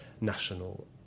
national